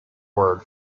word